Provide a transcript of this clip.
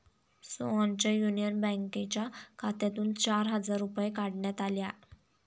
सोहनच्या युनियन बँकेच्या खात्यातून चार हजार रुपये काढण्यात आले